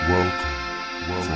Welcome